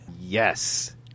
Yes